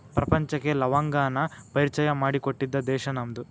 ಪ್ರಪಂಚಕ್ಕೆ ಲವಂಗವನ್ನಾ ಪರಿಚಯಾ ಮಾಡಿಕೊಟ್ಟಿದ್ದ ದೇಶಾ ನಮ್ದು